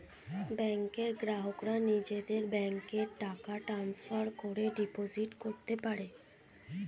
ব্যাংকের গ্রাহকরা নিজের ব্যাংকে টাকা ট্রান্সফার করে ডিপোজিট করতে পারে